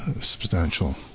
substantial